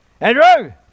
Andrew